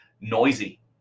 noisy